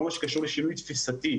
כל מה שקשור לשינוי תפיסתי,